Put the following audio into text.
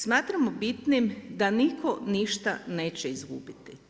Smatramo bitnim da nitko ništa neće izgubiti.